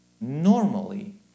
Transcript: Normally